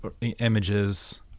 images